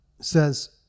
says